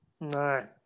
No